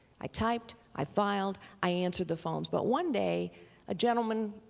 i typed. i filed. i answered the phones, but one day a gentleman,